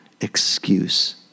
excuse